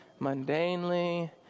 mundanely